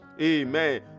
Amen